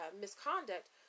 misconduct